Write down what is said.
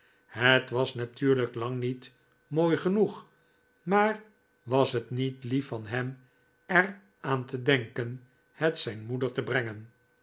het was natuurlijk lang niet mooi genoeg maar was het niet lief van hem er aan te denken het zijn moeder te brengen